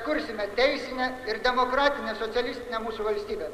kursime teisinę ir demokratinę socialistinę mūsų valstybę